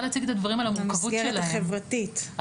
המסגרת החברתית, באמת יותר מכל.